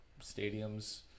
stadiums